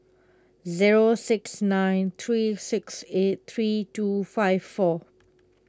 zero six nine three six eight three two five four